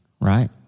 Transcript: right